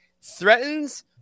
threatens